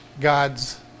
God's